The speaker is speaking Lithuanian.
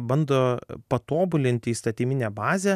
bando patobulinti įstatyminę bazę